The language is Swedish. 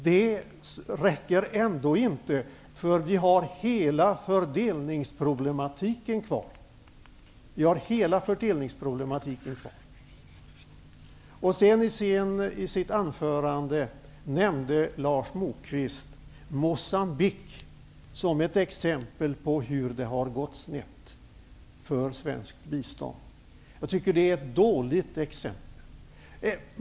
Detta påpekades också i utskottsutfrågningen. Det räcker ändå inte, eftersom vi har hela fördelningsproblematiken kvar. Moçambique som ett exempel på hur det har gått snett för svenskt bistånd. Jag tycker att det är ett dåligt exempel.